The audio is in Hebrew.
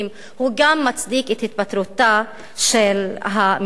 הוא גם מצדיק את התפטרותה של הממשלה,